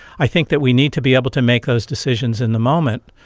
i think that we need to be able to make those decisions in the moment,